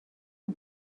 این